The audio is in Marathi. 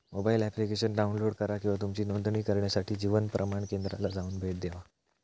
मोबाईल एप्लिकेशन डाउनलोड करा किंवा तुमची नोंदणी करण्यासाठी जीवन प्रमाण केंद्राला जाऊन भेट देवा